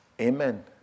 Amen